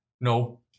No